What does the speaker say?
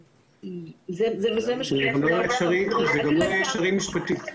ניצן: זה גם לא יהיה אפשרי משפטית.